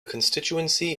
constituency